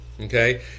Okay